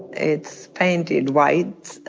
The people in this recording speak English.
it's painted white.